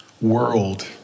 world